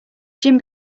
jim